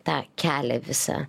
tą kelią visą